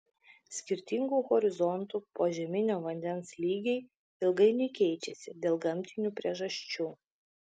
skirtingų horizontų požeminio vandens lygiai ilgainiui keičiasi dėl gamtinių priežasčių